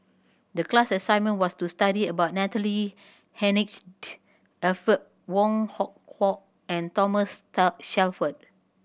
the class assignment was to study about Natalie Hennedige Alfred Wong Hong Kwok and Thomas Shelford